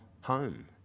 home